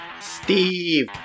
Steve